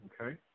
Okay